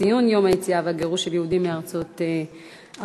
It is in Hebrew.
ציון יום היציאה והגירוש של יהודים מארצות ערב.